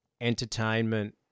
entertainment